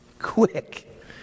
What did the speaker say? Quick